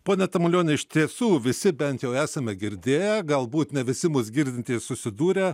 pone tamulioni iš tiesų visi bent jau esame girdėję galbūt ne visi mūsų girdintys susidūrę